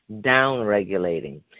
down-regulating